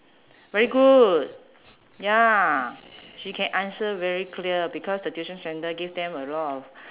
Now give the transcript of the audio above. very good ya she can answer very clear because the tuition centre give them a lot of